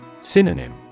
Synonym